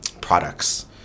products